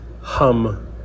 hum